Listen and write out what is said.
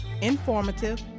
informative